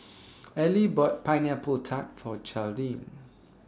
Ellie bought Pineapple Tart For Charlene